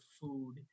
food